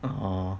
orh